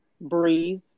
breathe